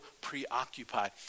preoccupied